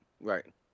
right